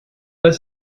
pas